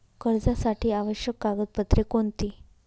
कर्जासाठी आवश्यक कागदपत्रे कोणती?